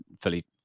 fully